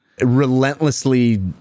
relentlessly